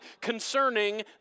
concerning